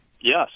Yes